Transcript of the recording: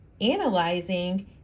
analyzing